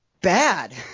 bad